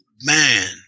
Man